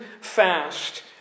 fast